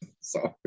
Sorry